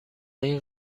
این